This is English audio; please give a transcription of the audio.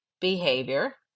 behavior